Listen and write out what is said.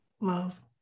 Love